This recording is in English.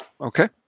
Okay